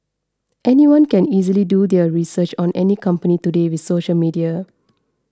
anyone can easily do their research on any company today with social media